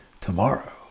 tomorrow